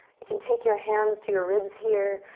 you can take your hands to your ribs here,